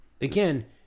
Again